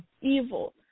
evil